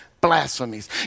blasphemies